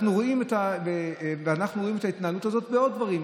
אנחנו רואים את ההתנהלות הזאת בעוד דברים.